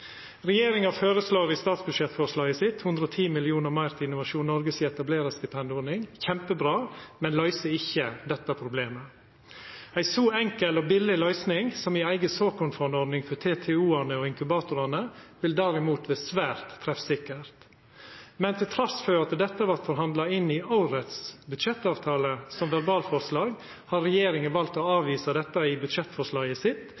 Regjeringa føreslår i statsbudsjettforslaget 110 mill. kr meir til Innovasjon Norge si etablerarstipendordning. Det er kjempebra, men det løyser ikkje dette problemet. Ei så enkel og billig løysing som ei eiga såkornfondordning for TTO-ane og inkubatorane vil derimot vera svært treffsikker. Men trass i at dette vart forhandla inn i årets budsjettavtale, som verbalforslag, har regjeringa valt å avvisa dette i budsjettforslaget sitt,